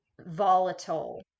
volatile